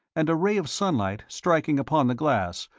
and a ray of sunlight, striking upon the glass,